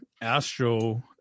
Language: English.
astro